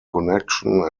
connection